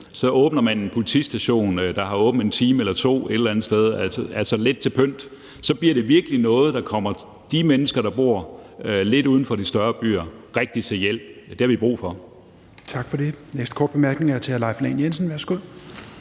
man åbner en politistation, der har åbent en time eller to, et eller andet sted – altså lidt til pynt. Så bliver det virkelig noget, der kommer de mennesker, der bor lidt uden for de større byer, rigtigt til hjælp. Det har vi brug for. Kl. 16:05 Tredje næstformand (Rasmus Helveg Petersen): Tak for